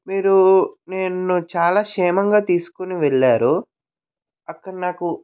మీరు నన్ను చాలా క్షేమంగా తీసుకుని వెళ్లారు అక్కడ నాకు